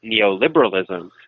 neoliberalism